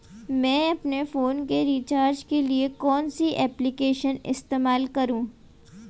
मैं अपने फोन के रिचार्ज के लिए कौन सी एप्लिकेशन इस्तेमाल करूँ?